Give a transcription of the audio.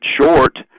short